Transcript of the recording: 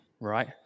right